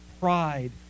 pride